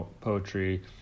poetry